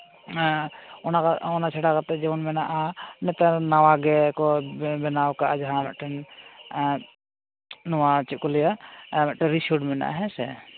ᱚᱱᱟ ᱚᱱᱟ ᱪᱷᱟᱰᱟ ᱠᱟᱛᱮᱫ ᱡᱮᱢᱚᱱ ᱢᱮᱱᱟᱜᱼᱟ ᱱᱮᱛᱟᱨ ᱱᱟᱣᱟ ᱜᱮᱠᱚ ᱵᱮᱱᱟᱣ ᱟᱠᱟᱫ ᱡᱟᱦᱟᱸ ᱢᱤᱫᱴᱮᱱ ᱱᱚᱣᱟ ᱪᱮᱫ ᱠᱚ ᱞᱟᱹᱭᱟ ᱢᱤᱫᱴᱮᱱ ᱨᱤᱥᱳᱨᱴ ᱢᱮᱱᱟᱜᱼᱟ ᱦᱮᱸ ᱥᱮ